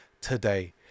today